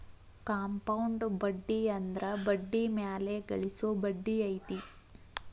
compound ಬಡ್ಡಿ ಅಂದ್ರ ಬಡ್ಡಿ ಮ್ಯಾಲೆ ಗಳಿಸೊ ಬಡ್ಡಿ ಐತಿ